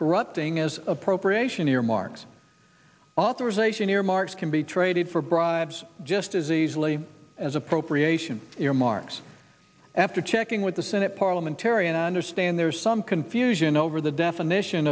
corrupting as appropriation earmarks authorization earmarks can be traded for bribes just as easily as appropriation earmarks after checking with the senate parliamentarian i understand there's some confusion over the definition